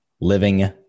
Living